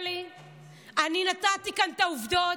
אלה העובדות.